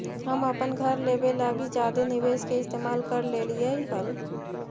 हम अपन घर लेबे लागी जादे निवेश के इस्तेमाल कर लेलीअई हल